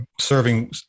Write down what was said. serving